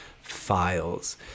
files